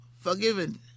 Forgiven